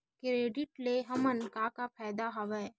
Credit ले हमन का का फ़ायदा हवय?